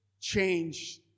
change